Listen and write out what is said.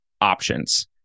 options